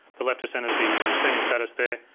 the left of center is the streaming status there,